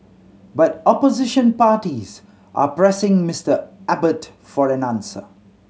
but opposition parties are pressing Mister Abbott for an answer